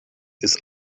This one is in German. ist